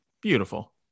Beautiful